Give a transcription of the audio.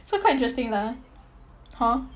so quite interesting lah hor